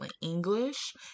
english